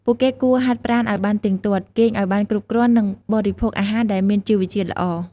ពួកគេគួរហាត់ប្រាណឲ្យបានទៀងទាត់ គេងឲ្យបានគ្រប់គ្រាន់ និងបរិភោគអាហារដែលមានជីវជាតិល្អ។